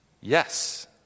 yes